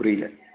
புரியல